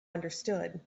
understood